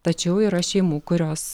tačiau yra šeimų kurios